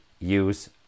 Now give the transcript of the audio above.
use